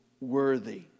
worthy